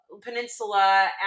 peninsula